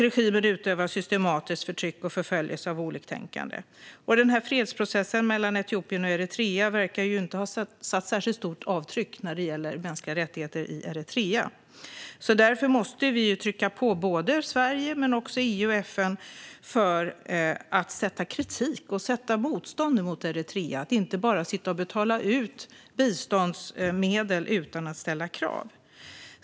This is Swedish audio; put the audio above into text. Regimen utövar systematiskt förtryck och förföljelse av oliktänkande. Fredsprocessen mellan Etiopien och Eritrea verkar inte ha satt särskilt stort avtryck när det gäller mänskliga rättigheter i Eritrea. Därför måste Sverige, men också EU och FN, trycka på för att framföra kritik och utöva motstånd mot Eritrea och inte bara betala ut biståndsmedel utan att ställa krav.